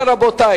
אם כן, רבותי,